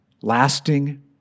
lasting